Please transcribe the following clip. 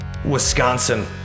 Wisconsin